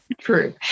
True